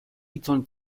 eton